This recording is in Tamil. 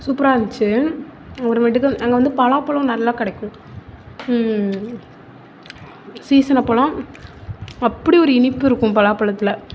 சூப்பராக இருந்துச்சு அப்புறமேட்டுக்கு அங்கே வந்து பலாப்பலம் நல்லா கிடைக்கும் சீசன் அப்போவெல்லாம் அப்படி ஒரு இனிப்பு இருக்கும் பலாப்பலத்தில்